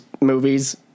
movies